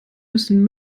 müssen